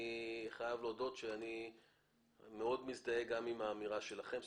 אני חייב להודות שאני מאוד מזדהה גם עם האמירה שלכם.